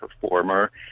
performer